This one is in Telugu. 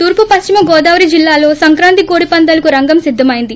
తూర్పు పశ్చిమ గోదావరి జిల్లాలలో సంక్రాంతి కోడిపందేలకు రంగం సిద్దమైంది